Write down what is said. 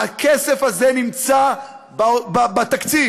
הכסף הזה נמצא בתקציב.